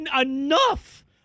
enough